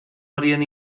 horien